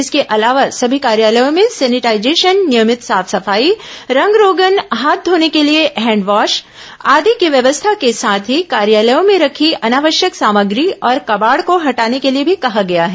इसके अलावा सभी कार्यालयों में सेनिटाईजेशन नियमित साफ सफाई रंग रोगन हाथ घोने के लिए हैंडवॉस आदि की व्यवस्था के साथ ही कार्यालयों में रखी अनावश्यक सामग्री और कबाड को हटाने के लिए भी कहा गया है